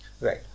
Right